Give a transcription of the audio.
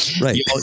Right